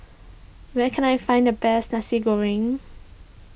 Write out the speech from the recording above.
where can I find the best Nasi Goreng